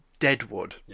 Deadwood